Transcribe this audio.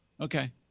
Okay